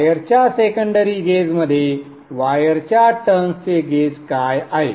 वायरच्या सेकंडरी गेजमध्ये वायरच्या टर्न्स चे गेज काय आहे